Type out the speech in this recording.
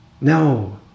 No